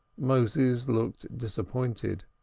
moses looked disappointed.